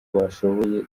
bashoboye